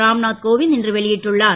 ராம்நாத் கோவிந்த் இன்று வெளி ட்டுள்ளார்